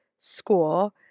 school